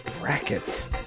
Brackets